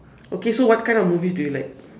okay so what kind of movies do you like